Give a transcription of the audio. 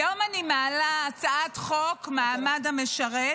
היום אני מעלה את הצעת חוק מעמד המשרת,